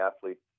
athletes